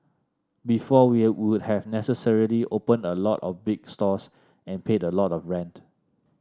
before we would have necessarily opened a lot of big stores and paid a lot of rent